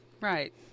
Right